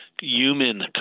Human